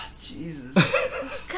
Jesus